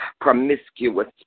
promiscuous